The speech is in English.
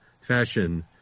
fashion